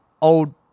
old